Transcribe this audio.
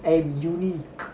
I'm unique